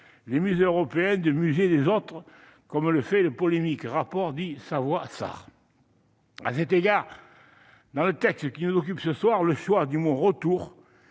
les musées européens de « musées des autres », comme le fait le polémique rapport dit « Savoy-Sarr »? À cet égard, dans le texte qui nous occupe ce soir, le choix du mot « retour »,